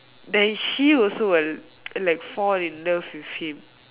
then she will also will like fall in love with him